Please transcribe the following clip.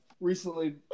recently